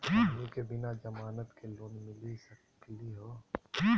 हमनी के बिना जमानत के लोन मिली सकली क हो?